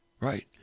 Right